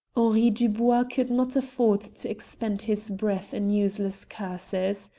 henri dubois could not afford to expend his breath in useless curses.